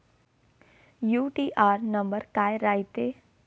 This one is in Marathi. यू.टी.आर नंबर काय रायते?